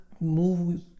move